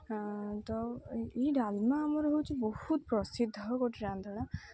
ତ ଏହି ଡ଼ାଲମା ଆମର ହେଉଛି ବହୁତ ପ୍ରସିଦ୍ଧ ଗୋଟେ ରାନ୍ଧଣା